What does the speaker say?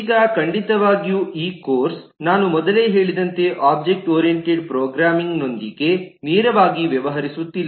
ಈಗ ಖಂಡಿತವಾಗಿಯೂ ಈ ಕೋರ್ಸ್ ನಾನು ಮೊದಲೇ ಹೇಳಿದಂತೆ ಒಬ್ಜೆಕ್ಟ್ ಓರಿಯಂಟೆಡ್ ಪ್ರೋಗ್ರಾಮಿಂಗ್ನೊಂದಿಗೆ ನೇರವಾಗಿ ವ್ಯವಹರಿಸುತ್ತಿಲ್ಲ